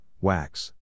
wax